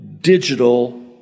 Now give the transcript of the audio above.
digital